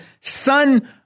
son